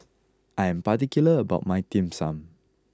I am particular about my Dim Sum